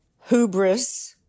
hubris